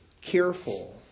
careful